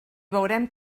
veurem